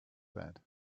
that